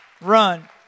Run